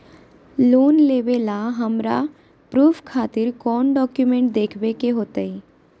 Loan लेबे ला हमरा प्रूफ खातिर कौन डॉक्यूमेंट देखबे के होतई?